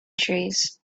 trees